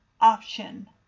option